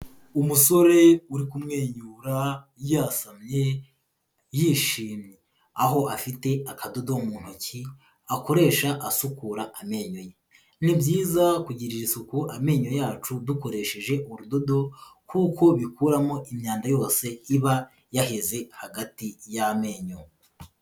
Umusore uri kumwenyura yasamye yishimye, aho afite akadodo mu ntoki akoresha asukura amenyo, ni byiza kugirira isuku amenyo yacu, dukoresheje urudodo kuko bikuramo imyanda yose iba yaheze hagati y'amenyo.